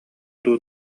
дуу